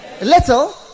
little